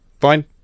fine